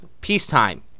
peacetime